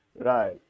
Right